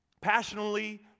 Passionately